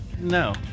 No